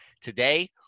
Today